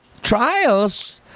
trials